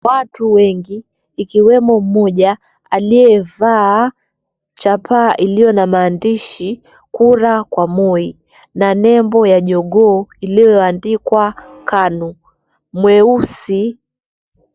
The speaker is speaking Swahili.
Watu wengi ikiwemo mmoja aliyevaa chapa iliyo na maandishi Kura kwa Moi na nembo ya jogoo iliyoandikwa KANU mweusi.